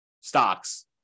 stocks